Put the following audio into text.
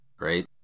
right